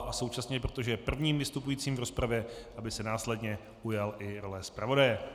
A současně, protože je prvním vystupujícím v rozpravě, aby se následně ujal i role zpravodaje.